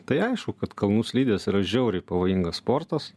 tai aišku kad kalnų slidės yra žiauriai pavojingas sportas